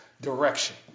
direction